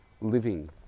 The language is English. living